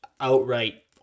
outright